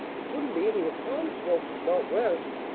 it couldn't be any of tom's folks from out west,